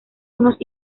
unos